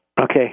Okay